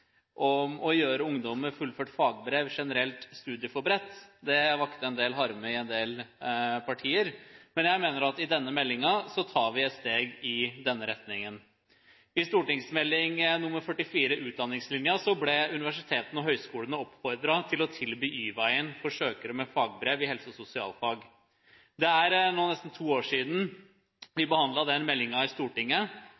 om å gjøre ungdom med fullført fagbrev generelt studieforberedt. Det vakte en del harme i en del partier, men jeg mener at med denne meldingen tar vi et steg i den retningen. I St.meld. nr. 44 for 2008–2009, Utdanningslinja, ble universitetene og høyskolene oppfordret til å tilby Y-veien for søkere med fagbrev i helse- og sosialfag. Det er nå nesten to år siden vi